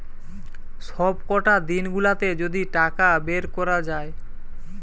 সবকটা দিন গুলাতে যদি টাকা বের কোরা যায়